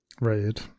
Right